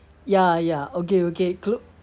ya ya okay okay clothings